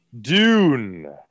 Dune